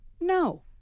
No